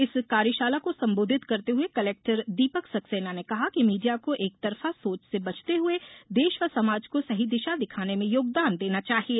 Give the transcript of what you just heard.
इस कार्यशाला को संबोधित करते हुए कलेक्टर दीपक सक्सेना ने कहा कि मीडिया को एकतरफा सोच से बचते हुए देश व समाज को सही दिशा दिखाने में योगदान देना चाहिये